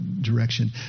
direction